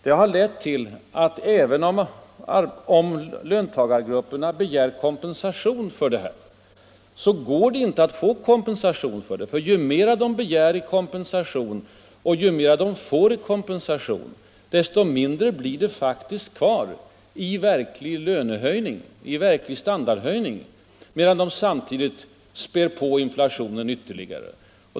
Det har lett till att om löntagarna begär kompensation för prisstegringar går det inte att få sådana, därför att ju mera de begär i kompensation och ju mera de får i kompensation desto mindre blir det kvar i verklig standardhöjning, medan man samtidigt späder på inflationen ytterligare.